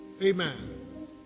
Amen